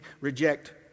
reject